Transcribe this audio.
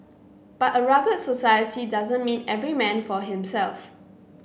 but a rugged society doesn't mean every man for himself